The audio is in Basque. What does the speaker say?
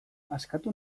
askatu